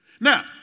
Now